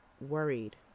worried